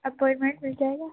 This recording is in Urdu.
اپوائنمنٹ مل جائے گا